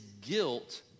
guilt